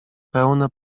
pełne